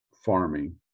Farming